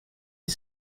dix